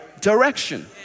direction